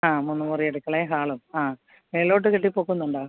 ആ മൂന്ന് മുറി അടുക്കളയും ഹാളും ആ മേലോട്ട് കെട്ടി പൊക്കുന്നുണ്ടോ